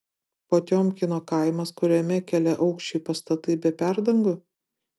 potiomkino kaimas kuriame keliaaukščiai pastatai be perdangų